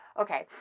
Okay